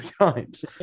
times